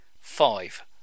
Five